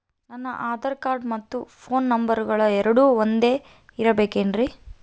ನನ್ನ ಆಧಾರ್ ಕಾರ್ಡ್ ಮತ್ತ ಪೋನ್ ನಂಬರಗಳು ಎರಡು ಒಂದೆ ಇರಬೇಕಿನ್ರಿ?